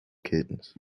kittens